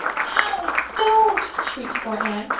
ow. don't, shrieked poor anne.